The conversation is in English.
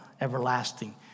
everlasting